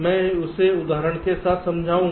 मैं इसे उदाहरण के साथ समझाऊं गा